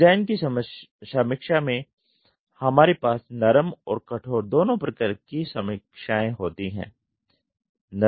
design की समीक्षा में हमारे पास नरम और कठोर दोनों प्रकार कि समीक्षाएँ होती हैं